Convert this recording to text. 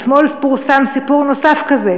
אתמול פורסם סיפור נוסף כזה,